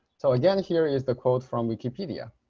so again here is the quote from wikipedia.